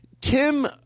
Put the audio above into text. Tim